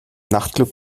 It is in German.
nachtclub